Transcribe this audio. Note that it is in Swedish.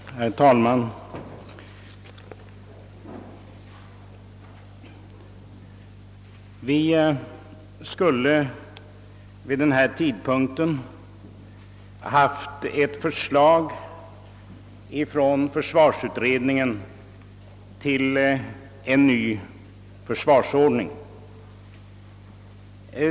Herr talman! Vi skulle vid denna tidpunkt ha haft ett förslag från försvars utredningen till en ny försvarsordning.